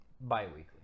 bi-weekly